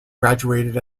graduated